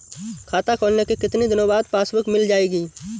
खाता खोलने के कितनी दिनो बाद पासबुक मिल जाएगी?